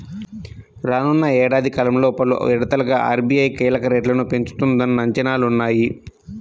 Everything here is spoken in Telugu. రానున్న ఏడాది కాలంలో పలు విడతలుగా ఆర్.బీ.ఐ కీలక రేట్లను పెంచుతుందన్న అంచనాలు ఉన్నాయి